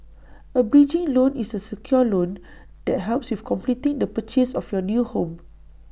A bridging loan is A secured loan that helps with completing the purchase of your new home